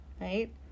right